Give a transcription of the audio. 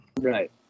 Right